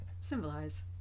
symbolize